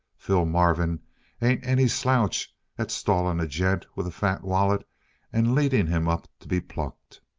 phil marvin ain't any slouch at stalling a gent with a fat wallet and leading him up to be plucked.